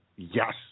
yes